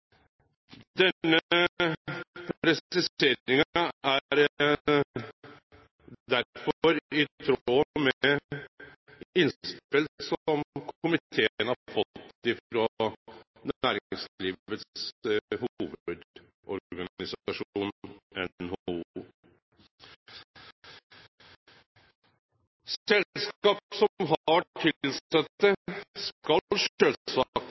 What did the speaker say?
Denne presiseringa er derfor i tråd med innspel som komiteen har fått frå Næringslivets Hovedorganisasjon, NHO. Selskap som har tilsette, skal